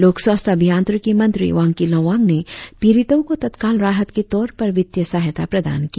लोक स्वास्थ्य अभियंत्रिकी मंत्री वांकी लोवांग ने पिड़ितों को तत्काल राहत के तौर पर वित्तीय सहायता प्रदान किया